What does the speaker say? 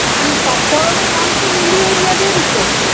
আপনি সব ধরনের মাংস মিলিয়েই নেবেন তো